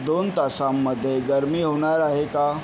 दोन तासांमध्ये गरमी होणार आहे का